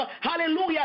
hallelujah